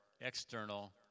external